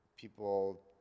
People